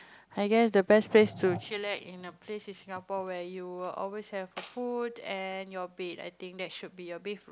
I guess the best place to chillax in a place in Singapore where you will always have food and your bed I think that should be your bedroom